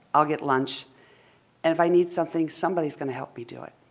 i'll get lunch. and if i need something, somebody is going to help me do it.